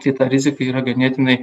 tai ta rizika yra ganėtinai